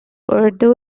urdu